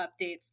updates